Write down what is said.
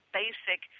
basic